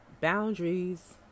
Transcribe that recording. boundaries